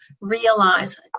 realize